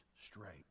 straight